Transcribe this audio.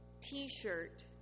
t-shirt